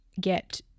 get